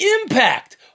impact